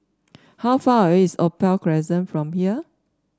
how far away is Opal Crescent from here